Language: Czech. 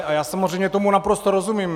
A já samozřejmě tomu naprosto rozumím.